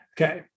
Okay